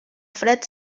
fred